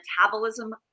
metabolism